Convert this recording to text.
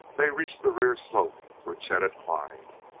they reached the rear slope where chet had climbed.